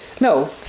No